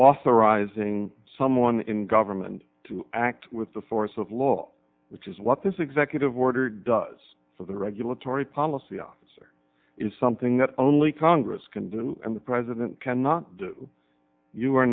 authorizing someone in government to act with the force of law which is what this executive order does for the regulatory policy office or is something that only congress can do and the president cannot do you are